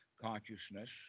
consciousness